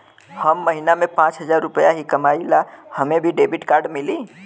हम महीना में पाँच हजार रुपया ही कमाई ला हमे भी डेबिट कार्ड मिली?